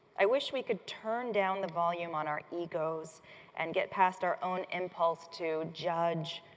i wish we could turn down the volume on our egos and get past our own impulse to judge,